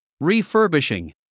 refurbishing